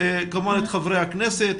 את חברי הכנסת,